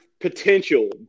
potential